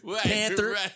panther